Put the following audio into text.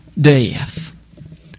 Death